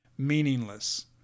Meaningless